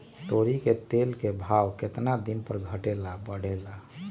तोरी के तेल के भाव केतना दिन पर घटे ला बढ़े ला?